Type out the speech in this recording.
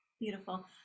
Beautiful